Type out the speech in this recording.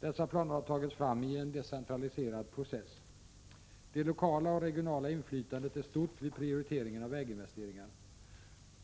Dessa planer har tagits fram i en decentraliserad process. Det lokala och regionala inflytandet är stort vid prioriteringen av väginvesteringar.